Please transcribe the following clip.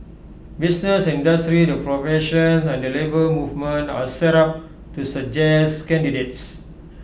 business and industry the professions and the Labour Movement are set up to suggest candidates